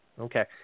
okay